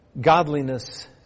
Godliness